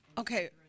Okay